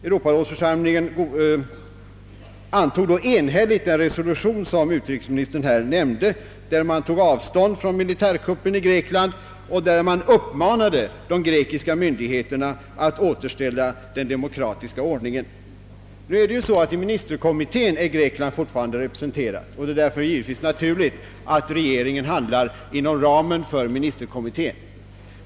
Europarådsförsamlingen antog enhälligt den resolution som utrikesministern här nämnde, där man tog avstånd från militärkuppen i Grekland och där man uppmanade de grekiska myndigheterna att återställa den demokratiska ordningen. Nu är det ju så, att i ministerkommittén är Grekland fortfarande representerat. Det är därför givetvis naturligt att regeringen handlar inom ramen för ministerkommittén.